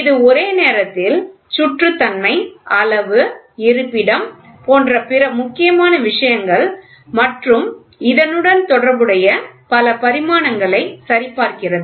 இது ஒரே நேரத்தில் சுற்றுத்தன்மை அளவு இருப்பிடம் போன்ற பிற முக்கியமான விஷயங்கள் மற்றும் இதனுடன் தொடர்புடைய பல பரிமாணங்களை சரி பார்க்கிறது